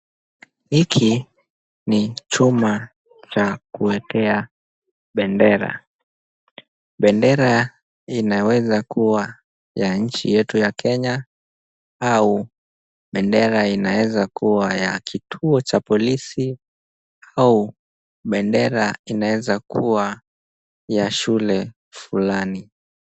Hiki ni chuma cha kuekea bendera. Bendera inaweza kuwa ya nchi yetu ya Kenya au bendera inaweza kuwa ya kituo cha polisi au bendera inaweza kuwa ya shule fulani.